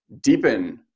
deepen